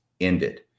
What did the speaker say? ended